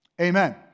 Amen